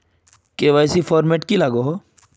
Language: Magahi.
के.वाई.सी फॉर्मेट की लागोहो?